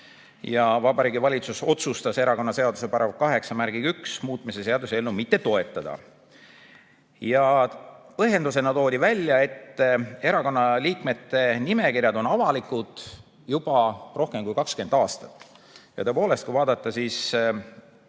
Vabariigi Valitsus otsustas erakonnaseaduse § 81muutmise seaduse eelnõu mitte toetada. Põhjendusena toodi välja, et erakonna liikmete nimekirjad on avalikud juba rohkem kui 20 aastat. Ja tõepoolest, kui vaadata